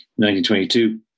1922